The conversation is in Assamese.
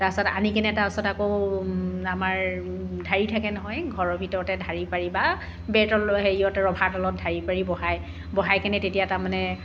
তাৰপাছত আনি কেনে তাৰপাছত আকৌ আমাৰ ঢাৰি থাকে নহয় ঘৰৰ ভিতৰতে ঢাৰি পাৰি বা বেই তলৰ হেৰিত ৰভা তলত ঢাৰি পাৰি বহায় বহাই কেনে তেতিয়া তাৰমানে